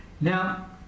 Now